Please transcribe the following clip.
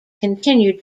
continued